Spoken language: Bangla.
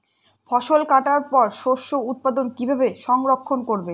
ফসল কাটার পর শস্য উৎপাদন কিভাবে সংরক্ষণ করবেন?